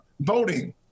voting